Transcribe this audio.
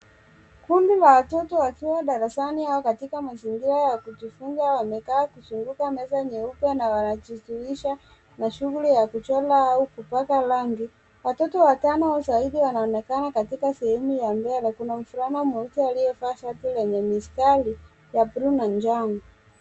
Kundi la watoto wakiwa darasani au katika mazingira ya kujifunza wamekaa wakizunguka meza nyeupe na wanajishughulisha na shughuli ya kuchora au kupaka rangi. Watoto watano au zaidi wanaonekana katika sehemu ya mbele. Kuna mvulana mweupe aliyevaa shati lenye mistari ya buluu na njano.